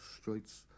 streets